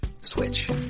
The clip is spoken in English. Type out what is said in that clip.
switch